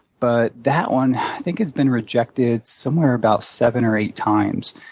but that one i think has been rejected somewhere about seven or eight times.